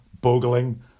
boggling